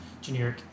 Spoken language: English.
generic